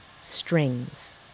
strings